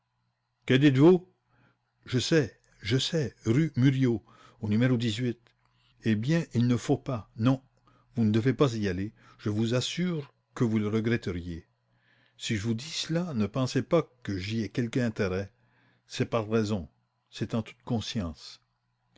que dites-vous je sais je sais rue murillo eh bien il ne faut pas non vous ne devez pas y aller je vous assure que vous le regretteriez si je vous dis cela ne pensez pas que j'y aie quelque intérêt c'est par raison c'est en toute conscience